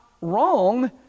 wrong